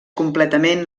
completament